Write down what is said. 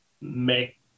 make